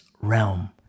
realm